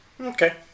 Okay